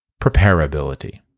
preparability